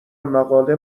مقاله